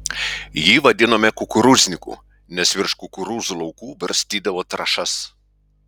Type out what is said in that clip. jį vadinome kukurūzniku nes virš kukurūzų laukų barstydavo trąšas